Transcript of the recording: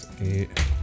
eight